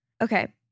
Okay